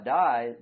die